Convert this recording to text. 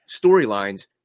Storylines